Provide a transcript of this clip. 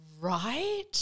Right